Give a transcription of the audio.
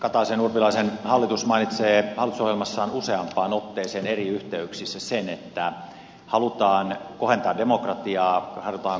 kataisenurpilaisen hallitus mainitsee hallitusohjelmassaan useampaan otteeseen eri yhteyksissä sen että halutaan kohentaa demokratiaa halutaan kohentaa kansanvaltaa